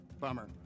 bummer